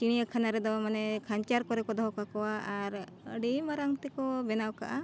ᱪᱤᱲᱤᱭᱟᱠᱷᱟᱱᱟ ᱨᱮᱫᱚ ᱢᱟᱱᱮ ᱠᱷᱟᱧᱪᱟ ᱠᱚᱨᱮ ᱠᱚ ᱫᱚᱦᱚ ᱠᱟᱠᱚᱣᱟ ᱟᱨ ᱟᱹᱰᱤ ᱢᱟᱨᱟᱝ ᱛᱮᱠᱚ ᱵᱮᱱᱟᱣ ᱠᱟᱜᱼᱟ